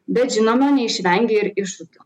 bet žinoma neišvengia ir iššūkių